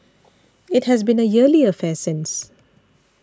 it has been a yearly affair since